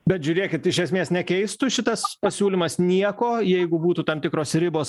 bet žiūrėkit iš esmės nekeistų šitas pasiūlymas nieko jeigu būtų tam tikros ribos